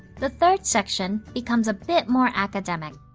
the third section becomes a bit more academic.